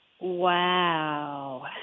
Wow